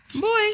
boy